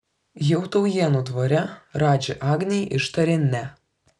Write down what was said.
jau taujėnų dvare radži agnei ištarė ne